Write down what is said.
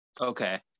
Okay